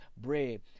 bread